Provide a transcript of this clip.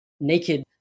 naked